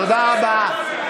תודה רבה.